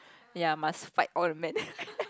ya must fight all the men